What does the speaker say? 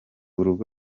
urugo